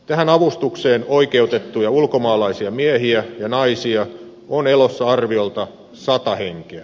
tähän avustukseen oikeutettuja ulkomaalaisia miehiä ja naisia on elossa arviolta sata henkeä